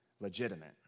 legitimate